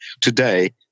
Today